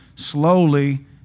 Slowly